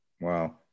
Wow